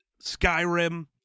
Skyrim